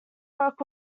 work